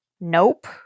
nope